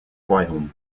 royaumes